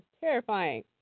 terrifying